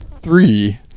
Three